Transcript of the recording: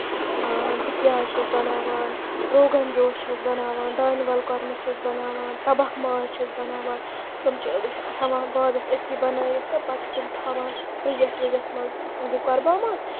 دُپِیاز چھَس بَناوان روگن جوش چھَس بَناوان دانہِ ول کۄرمہٕ چھَس بَناوان تَبخ ماز چھَس بَناوان تِم چھِ ہیوان وازَس أتھی بَنٲیِتھ تہٕ پَتہٕ چھِ تِم تھاوان فرجَس وِجس منٛز یہِ قۄربان ماز